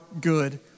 good